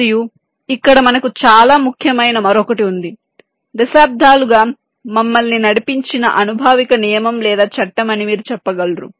మరియు ఇక్కడ మనకు చాలా ముఖ్యమైనది మరొకటి ఉంది దశాబ్దాలుగా మమ్మల్ని నడిపించిన అనుభావిక నియమం లేదా చట్టం అని మీరు చెప్పగలరు